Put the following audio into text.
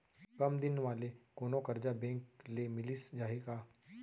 कम दिन वाले कोनो करजा बैंक ले मिलिस जाही का?